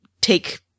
take